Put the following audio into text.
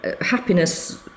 happiness